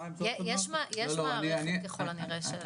יש מערכת ככול הנראה.